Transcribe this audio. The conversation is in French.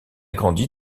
grandi